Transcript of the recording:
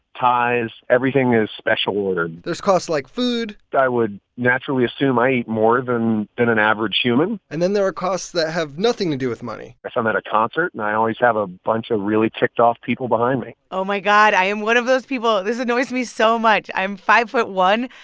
ties everything is special ordered there's costs like food i would naturally assume i eat more than an an average human and then there are costs that have nothing to do with money so i'm at a concert, and i always have a bunch of really ticked-off people behind me oh, my god. i am one of those people. this annoys me so much. i'm five foot one.